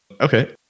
Okay